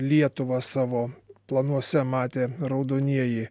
lietuvą savo planuose matė raudonieji